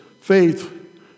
faith